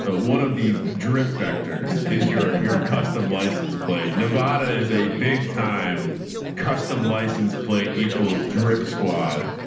ah one of the drip vectors is your your custom license plate. nevada is a big time custom license plate, equal drip squad.